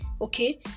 okay